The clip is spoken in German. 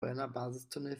brennerbasistunnel